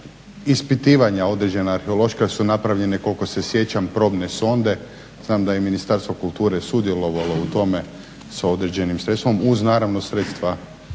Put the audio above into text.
ispitivanja određena arheološka jer su napravljene koliko se sjećam probne sonde. Znam da je Ministarstvo kulture sudjelovalo u tome s određenim sredstvima uz naravno sredstva